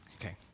Okay